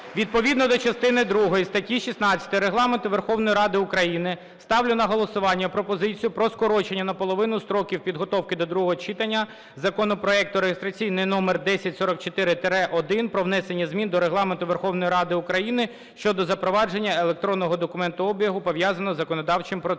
Відповідно до частини другої статті 16 Регламенту Верховної Ради України, ставлю на голосування пропозицію про скорочення наполовину строків підготовки до другого читання законопроекту (реєстраційний номер 1044-1) про внесення змін до Регламенту Верховної Ради України щодо запровадження електронного документообігу, пов'язаного із законодавчим процесом.